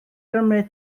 gymryd